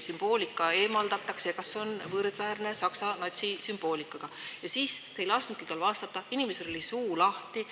sümboolika eemaldatakse, ja küsisin, kas see on võrdväärne saksa natsisümboolikaga. Ja siis te ei lasknudki tal vastata. Inimesel oli suu lahti